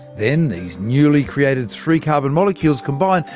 then these newly created three-carbon molecules combine,